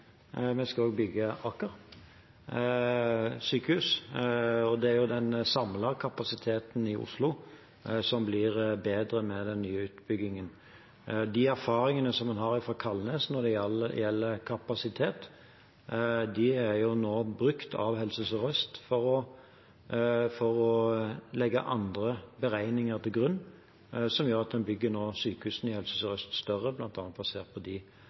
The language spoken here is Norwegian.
Vi skal også bygge Aker sykehus, og det er den samlede kapasiteten i Oslo som blir bedre med den nye utbyggingen. De erfaringene som en har fra Kalnes når det gjelder kapasitet, er nå brukt av Helse Sør-Øst for å legge andre beregninger til grunn. Det gjør at en nå bygger sykehusene i Helse Sør-Øst større, bl.a. basert på de